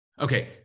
Okay